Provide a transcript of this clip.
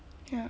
ya